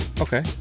okay